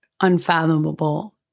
unfathomable